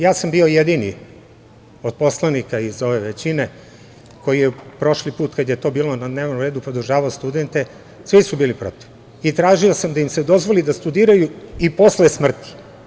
Ja sam bio jedini od poslanike iz ove većine koji je prošli put kad je to bilo na dnevnom redu podržavao studente, svi su bili protiv i tražio sam da im se dozvoli da studiraju i posle smrti.